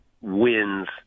wins